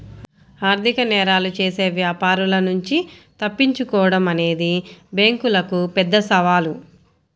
ఆర్థిక నేరాలు చేసే వ్యాపారుల నుంచి తప్పించుకోడం అనేది బ్యేంకులకు పెద్ద సవాలు